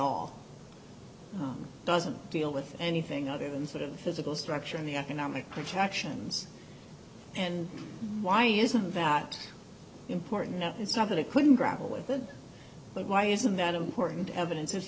all doesn't deal with anything other than sort of the physical structure of the economic projections and why isn't that important now it's not that it couldn't grapple with it but why isn't that important evidence